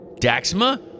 Daxma